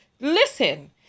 Listen